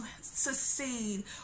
succeed